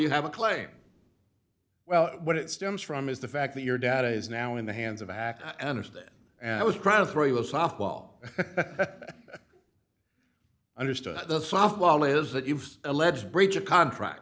you have a claim well what it stems from is the fact that your data is now in the hands of a hacker i understand and i was proud to throw you a softball understood the softball is that you've alleged breach of contract